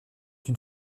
une